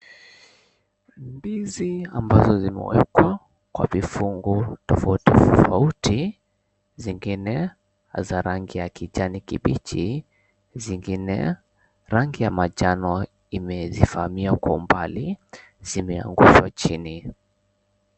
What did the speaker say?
Ndizi ambazo zimewekwa kwa vifungu tofauti tofauti, zingine za rangi ya kijani kibichi, zingine rangi ya manjano zimetazamia kwa umbali zimeangushwa chini.